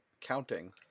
counting